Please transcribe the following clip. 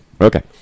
Okay